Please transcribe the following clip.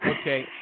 okay